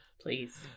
Please